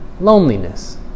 Loneliness